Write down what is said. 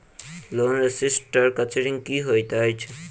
Loan restructuring की होइत अछि?